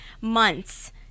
months